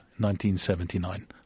1979